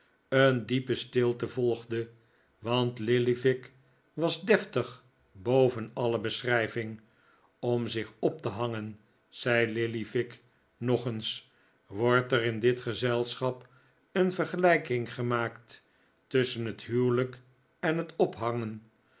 een diepe stilte volgde want lillyvick was deftig boven alle beschrijving om zich op te hangen zei lillyvick nog eens wordt er in dit gezelschap een vergelijking gemaakt tusschen het huwelijk en het ophangen